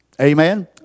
Amen